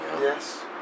Yes